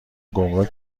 گمرگ